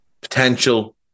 Potential